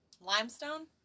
Limestone